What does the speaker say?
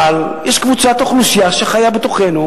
אבל יש קבוצת אוכלוסייה שחיה בתוכנו,